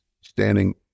standing